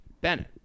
Bennett